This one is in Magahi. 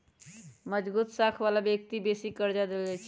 मजगुत साख बला व्यक्ति के बेशी कर्जा देल जाइ छइ